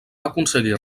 aconseguir